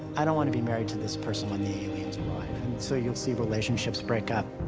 i don't want to be married to this person when the aliens arrive, and so you'll see relationships break up.